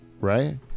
right